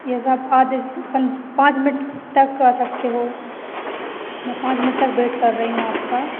जैसे आप पाँच मिनट क तक आ सकते हो मैं पाँच मिनट तक वेट कर रही हूँ आपका